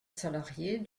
salariée